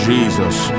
Jesus